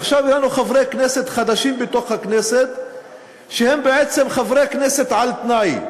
עכשיו יהיו לנו בתוך הכנסת חברי כנסת חדשים שהם בעצם חברי כנסת על-תנאי.